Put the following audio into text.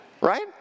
right